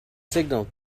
signal